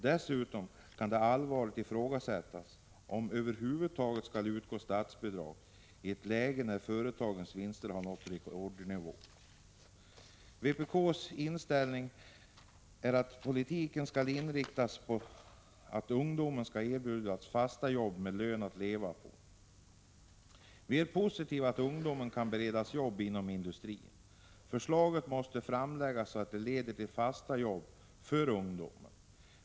Dessutom kan det allvarligt ifrågasättas om det över huvud taget skall utgå statsbidrag i ett läge när företagens vinster har nått rekordnivå. Vpk:s inställning är att politiken skall inriktas på att erbjuda ungdomen fasta jobb med en lön som det går att leva på. Vi är positiva till att ungdomar kan beredas jobb inom industrin, men det måste framläggas förslag som leder till fasta jobb.